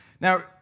Now